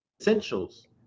essentials